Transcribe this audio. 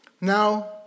Now